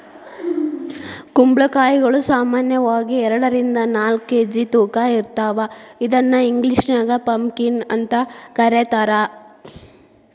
ಕುಂಬಳಕಾಯಿಗಳು ಸಾಮಾನ್ಯವಾಗಿ ಎರಡರಿಂದ ನಾಲ್ಕ್ ಕೆ.ಜಿ ತೂಕ ಇರ್ತಾವ ಇದನ್ನ ಇಂಗ್ಲೇಷನ್ಯಾಗ ಪಂಪಕೇನ್ ಅಂತ ಕರೇತಾರ